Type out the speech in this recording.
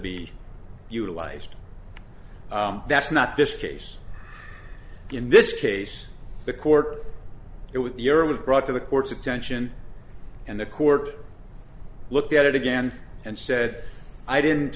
be utilized that's not this case in this case the court it with your was brought to the court's attention and the court looked at it again and said i didn't